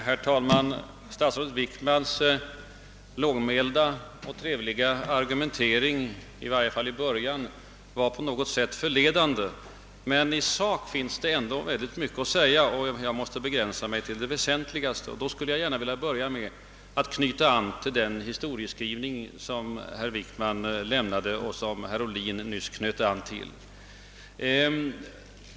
Herr talman! Statsrådet Wickmans lågmälda och i varje fall i början av anförandet trevliga argumentering var på något sätt förledande. Men i sak finns det ändå mycket att säga om anförandet. Jag måste emellertid nu begränsa mig till det väsentligaste, och jag skulle då vilja börja med att beröra herr Wickmans historieskrivning, som också herr Ohlin nyss anknöt till.